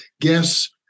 guess